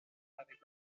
avec